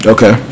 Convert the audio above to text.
Okay